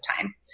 time